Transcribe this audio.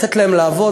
לתת להם לעבוד,